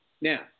Now